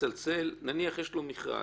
נניח יש לו מכרז,